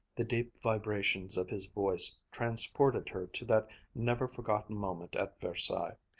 the deep vibrations of his voice transported her to that never-forgotten moment at versailles.